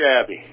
shabby